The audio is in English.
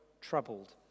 troubled